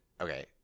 okay